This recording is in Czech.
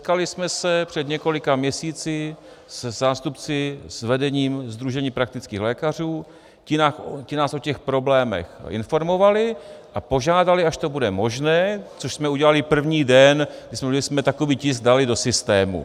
Setkali jsme se před několika měsíci se zástupci, s vedením Sdružení praktických lékařů, ti nás o těch problémech informovali a požádali, až to bude možné, což jsme udělali první den, jsme takový tisk dali do systému.